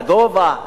לגובה,